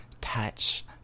Touch